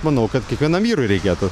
manau kad kiekvienam vyrui reikėtų